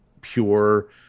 pure